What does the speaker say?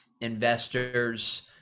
investors